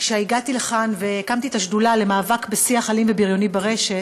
כשהגעתי לכאן והקמתי את השדולה למאבק בשיח אלים ובריוני ברשת,